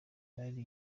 buriye